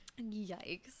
Yikes